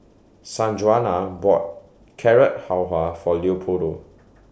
Sanjuana bought Carrot Halwa For Leopoldo